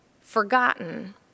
forgotten